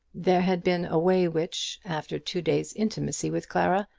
there had been a way which, after two days' intimacy with clara,